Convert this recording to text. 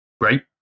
Great